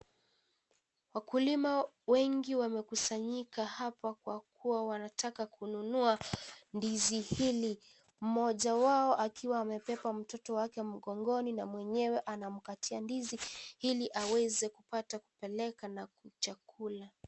Wakulima wengi wamekusanyika hapa Kwa kuwa wanataka kununua ndizi hili, mmoja wao akiwa amebeba mtoto wake mkongoni na mwenyewe anampatia ndizi ili aweze kupata kupeleka na chakula.